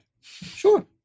Sure